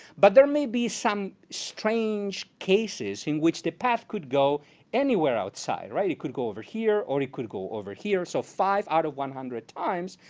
but there may be some strange cases in which the path could go anywhere outside. it could go over here, or it could go over here. so five out of one hundred times,